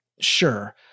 Sure